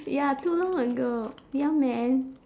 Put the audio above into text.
ya too long ago ya man